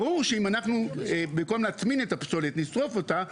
ברור שאם אנחנו במקום להטמין את הפסולת נשרוף אותה,